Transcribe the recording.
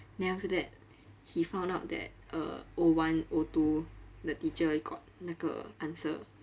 then after that he found out that uh O one O two the teacher got 那个 answer